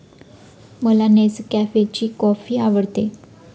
मला नेसकॅफेची कॉफी आवडते